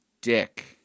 dick